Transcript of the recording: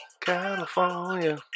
California